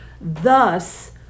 thus